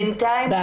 בינתיים,